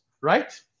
right